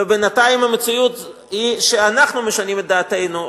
ובינתיים המציאות היא שאנחנו משנים את דעתנו.